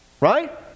Right